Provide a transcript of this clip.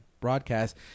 broadcast